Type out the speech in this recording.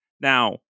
Now